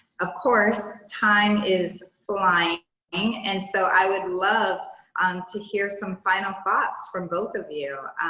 of course time is flying and so i would love and to hear some final thoughts from both of you.